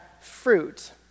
fruit